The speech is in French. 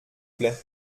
plait